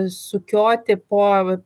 sukioti po